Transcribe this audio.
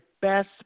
best